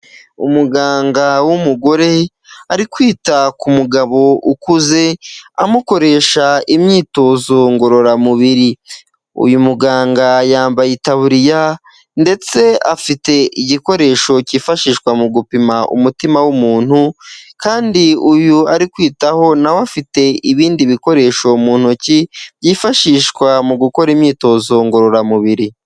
Umuganga w'umugore ari kwita ku mugabo ukuze amukoresha imyitozo ngororamubiri, uyu muganga yambaye itaburiya ndetse afite igikoresho cyifashishwa mu gupima umutima w'umuntu, kandi uyu ari kwitaho nawe afite ibindi bikoresho mu ntoki byifashishwa mu gukora imyitozo ngororamubiri.